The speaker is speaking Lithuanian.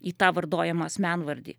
į tą vardojamą asmenvardį